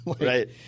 Right